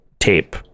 Tape